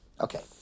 Okay